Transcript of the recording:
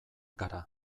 gara